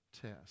test